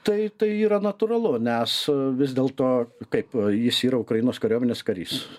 tai tai yra natūralu nes vis dėl to kaip jis yra ukrainos kariuomenės karys